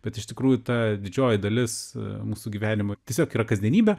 bet iš tikrųjų ta didžioji dalis mūsų gyvenimo tiesiog yra kasdienybė